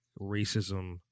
racism